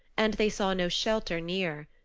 and they saw no shelter near.